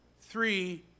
three